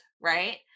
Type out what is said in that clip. right